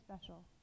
special